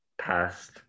past